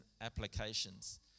applications